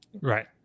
Right